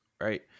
Right